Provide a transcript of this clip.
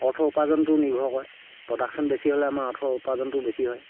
অৰ্থৰ উপাৰ্জনটো নিৰ্ভৰ কৰে প্ৰডাকশ্যন বেছি হ'লে আমাৰ অৰ্থৰ উপাৰ্জনটো বেছি হয়